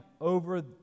over